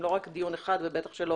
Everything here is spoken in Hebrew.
לא רק דיון אחד ובטח שלא